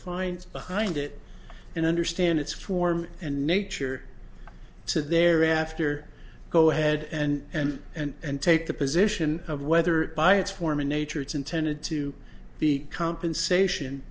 fines behind it and understand its form and nature so they're after go ahead and and and and take the position of whether by its form in nature it's intended to be compensation